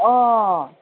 ꯑꯣ